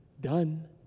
Done